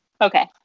Okay